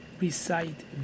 recite